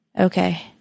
Okay